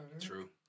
True